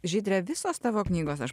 žydre visos tavo knygos aš